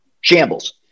shambles